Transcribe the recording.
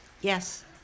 Yes